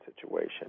situation